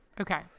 Okay